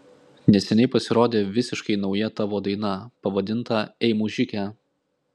neseniai pasirodė visiškai nauja tavo daina pavadinta ei mužike